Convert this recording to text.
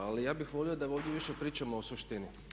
Ali ja bih volio da ovdje više pričamo o suštini.